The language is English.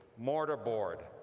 mortar board,